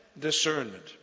discernment